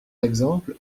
exemple